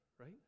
right